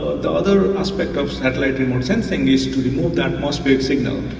the other aspect of satellite remote sensing is to remote that must be a signal.